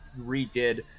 redid